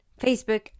Facebook